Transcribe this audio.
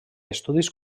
estudis